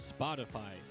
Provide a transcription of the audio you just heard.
Spotify